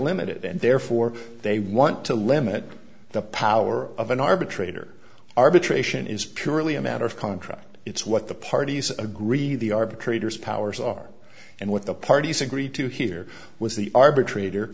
limited and therefore they want to limit the power of an arbitrator arbitration is purely a matter of contract it's what the parties agree the arbitrator's powers are and what the parties agree to here was the arbitrator